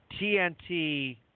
TNT